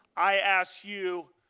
i ask you,